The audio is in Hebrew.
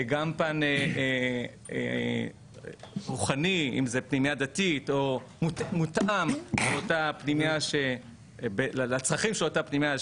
גם פן רוחני אם זה פנימייה דתית או מותאם לצרכים של אותה פנימייה.